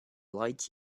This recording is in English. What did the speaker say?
light